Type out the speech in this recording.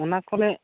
ᱚᱱᱟ ᱠᱚᱞᱮ